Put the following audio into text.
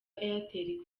airtel